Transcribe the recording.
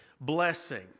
blessing